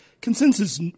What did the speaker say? consensus